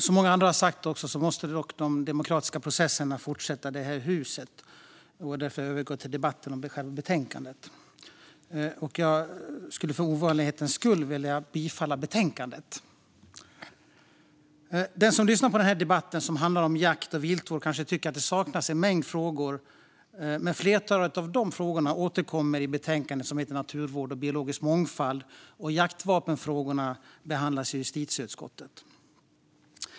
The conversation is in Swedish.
Som många andra har sagt måste de demokratiska processerna fortsätta i det här huset. Därför övergår jag nu till debatten om själva betänkandet. Jag skulle för ovanlighetens skull vilja yrka bifall till utskottets förslag i betänkandet. Den som lyssnar på denna debatt, som handlar om jakt och viltvård, kanske tycker att det saknas en mängd frågor. Men ett flertal av de frågorna återkommer i betänkandet Naturvård och biologisk mångfald , och jaktvapenfrågorna behandlas i justitieutskottet.